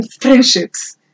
friendships